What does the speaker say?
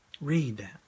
Read